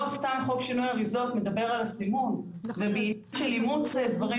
לא סתם חוק שינוי אריזות מדבר על סימון ובעיקר של אימוץ של דברים